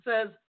says